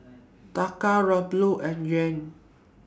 Taka Ruble and Yuan